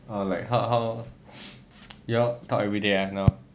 or like how how you all talk everyday ah now